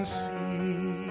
see